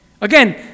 Again